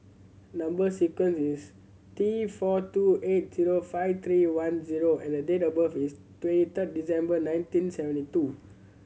number sequence is T four two eight zero five three one O and the date of birth is twenty third December nineteen seventy two